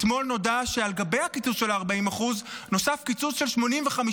אתמול נודע שעל גבי הקיצוץ של 40% נוסף קיצוץ של 85%